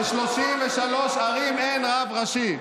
ב-33 ערים אין רב ראשי.